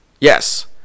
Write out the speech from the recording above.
Yes